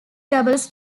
doubles